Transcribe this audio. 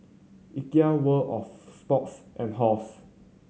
Ikea World Of Sports and Halls